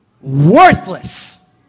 Worthless